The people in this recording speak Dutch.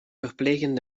verplegen